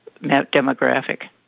demographic